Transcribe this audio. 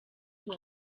uwo